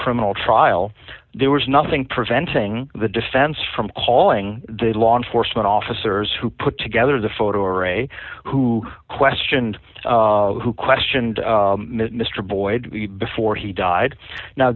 criminal trial there was nothing preventing the defense from calling the law enforcement officers who put together the photo array who questioned who questioned mr boyd before he died now